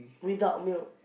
without milk